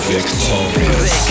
Victorious